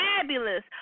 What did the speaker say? fabulous